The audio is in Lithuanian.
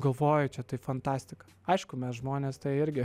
galvoju čia tai fantastika aišku mes žmonės tą irgi